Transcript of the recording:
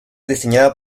diseñada